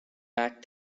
pack